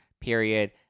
period